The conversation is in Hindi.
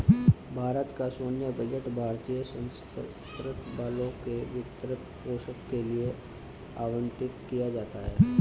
भारत का सैन्य बजट भारतीय सशस्त्र बलों के वित्त पोषण के लिए आवंटित किया जाता है